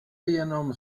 jenom